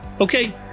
Okay